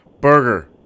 Burger